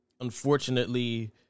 Unfortunately